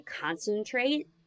concentrate